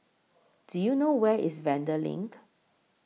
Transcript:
Do YOU know Where IS Vanda LINK